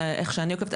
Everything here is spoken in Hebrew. איך שאני עוקבת,